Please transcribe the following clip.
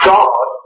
God